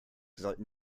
sollten